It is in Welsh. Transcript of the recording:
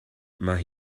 mae